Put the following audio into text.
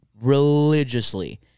Religiously